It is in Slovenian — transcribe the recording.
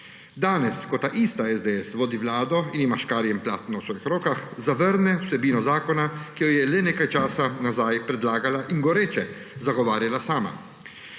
Danes, ko taista SDS vodi vlado ter ima škarje in platno v svojih rokah, zavrne vsebino zakona, ki jo je le nekaj časa nazaj predlagala in goreče zagovarjala sama.